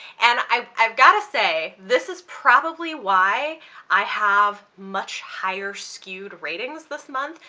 and i, i've gotta say this is probably why i have much higher skewed ratings this month,